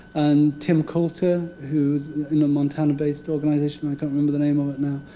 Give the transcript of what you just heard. and tim coulter, who's in the montana-based organization. i can't remember the name of it now.